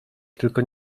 tylko